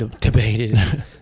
debated